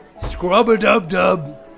scrub-a-dub-dub